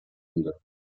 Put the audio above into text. ende